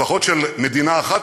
לפחות של מדינה אחת,